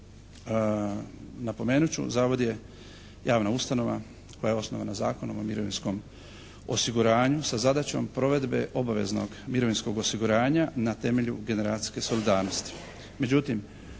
napomenut ću, zavod je javna ustanova koja je osnovana Zakonom o mirovinskom osiguranju sa zadaćom provedbe obaveznog mirovinskog osiguranja na temelju generacijske solidarnosti.